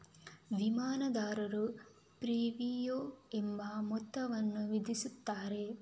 ವಿಮಾದಾರರು ಪ್ರೀಮಿಯಂ ಎಂಬ ಮೊತ್ತವನ್ನು ವಿಧಿಸುತ್ತಾರೆ